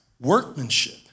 workmanship